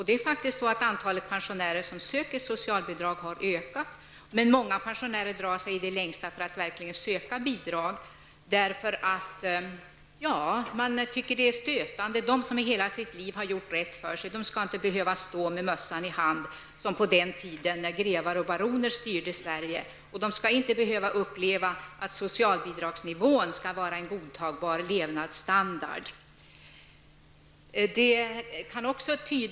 Det är faktiskt så att antalet pensionärer som söker socialbidrag har ökat, men många pensionärer drar sig i det längsta för det, därför att de tycker att det är stötande. De som i hela sitt liv har gjort rätt för sig skall inte behöva stå med mössan i hand som på den tiden när grevar och baroner styrde Sverige, och de skall inte behöva uppleva att socialbidragsnivån skall vara en godtagbar levnadsstandard!